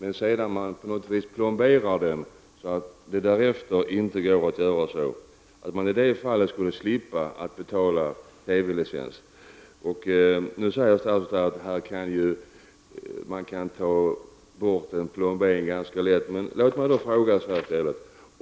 Sedan man på något vis plomberat den är detta emellertid inte möjligt. I det fallet skulle man slippa att betala TV-licensen. Statsrådet säger att man kan ta bort en plombering ganska lätt. Låt mig då fråga följande.